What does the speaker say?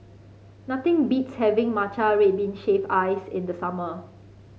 nothing beats having Matcha Red Bean Shaved Ice in the summer